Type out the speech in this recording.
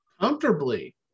Comfortably